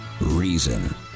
reason